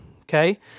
okay